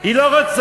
היא לא רוצה.